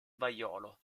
vaiolo